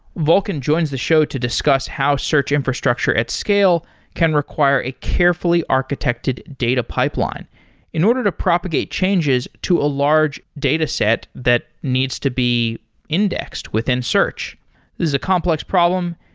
volkan joins the show to discuss how search infrastructure at scale can require a carefully architected data pipeline in order to propagate changes to a large dataset that needs to be indexed within search. this is a complex problem,